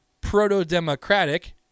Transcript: proto-democratic